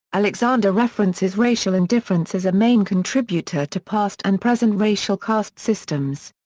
alexander references racial indifference as a main contributor to past and present racial caste systems.